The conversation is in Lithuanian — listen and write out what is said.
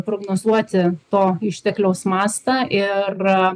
prognozuoti to ištekliaus mastą ir